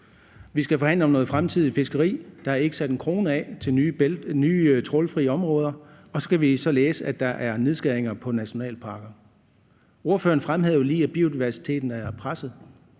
Vi skal forhandle om noget fremtidigt fiskeri. Der er ikke sat en krone af til nye trawlfri områder. Og så kan vi læse, at der er nedskæringer på området for nationalparker. Ordføreren fremhævede lige, at biodiversiteten er presset.